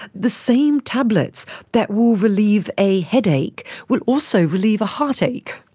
the same tablets that will relieve a headache will also relieve a heartache.